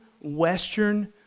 Western